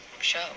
show